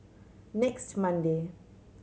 next Monday